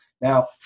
Now